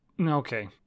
okay